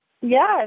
Yes